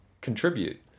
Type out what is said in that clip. contribute